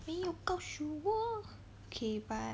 没有告诉我 okay but